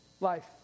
life